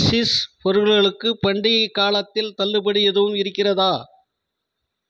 cheese பொருட்களுக்கு பண்டிகைக் காலத்தில் தள்ளுபடி எதுவும் இருக்கிறதா